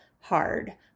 hard